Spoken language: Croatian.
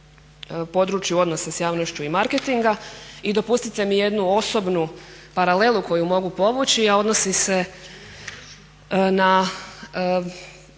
području odnosa s javnošću i marketinga. Dopustite mi jednu osobnu paralelu koju mogu povući, a odnosi se na